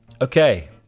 Okay